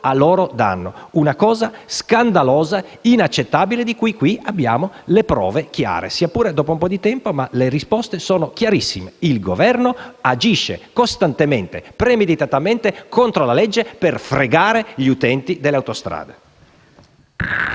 loro danno. È una cosa scandalosa e inaccettabile, di cui qui abbiamo le prove chiare, sia pure dopo un po' di tempo. Le risposte sono chiarissime: il Governo agisce costantemente e premeditatamente contro la legge per fregare gli utenti delle autostrade.